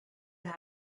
have